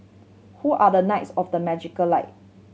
who are the knights of the magical light